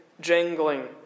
jangling